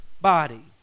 body